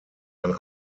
ein